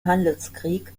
handelskrieg